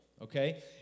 okay